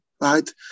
right